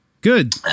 Good